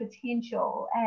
potential